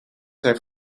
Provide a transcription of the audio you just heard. zijn